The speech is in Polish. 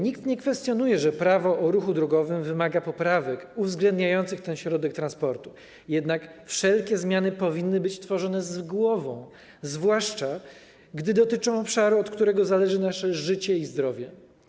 Nikt nie kwestionuje tego, że Prawo o ruchu drogowym wymaga poprawek uwzględniających ten środek transportu, jednak wszelkie zmiany powinny być wprowadzane z głową, zwłaszcza gdy dotyczą obszaru, od którego zależy nasze życie i zdrowie.